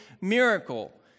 miracle